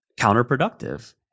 counterproductive